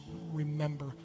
remember